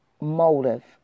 motive